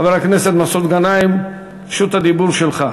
חבר הכנסת מסעוד גנאים, רשות הדיבור שלך.